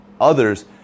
others